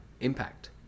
Impact